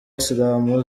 islamu